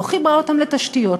לא חיברה אותם לתשתיות,